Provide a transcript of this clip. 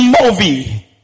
movie